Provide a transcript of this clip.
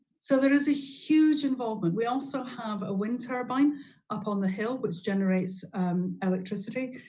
so there is a huge involvement. we also have a wind turbine up on the hill which generates electricity.